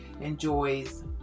enjoys